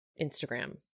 Instagram